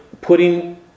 putting